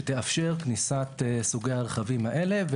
שתאפשר כניסת סוגי הרכבים האלה,